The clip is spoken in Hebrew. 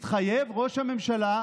התחייב ראש הממשלה,